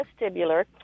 vestibular